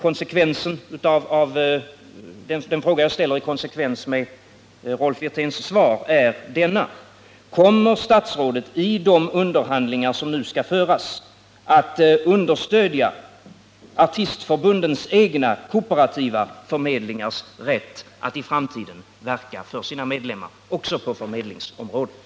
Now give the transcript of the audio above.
Den fråga jag ställer i konsekvens med Rolf Wirténs svar är denna: Kommer statsrådet i de underhandlingar som nu skall föras att understödja artistförbundens egna kooperativa förmedlingars rätt att i framtiden verka för sina medlemmar också på förmedlingsområdet?